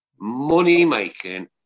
money-making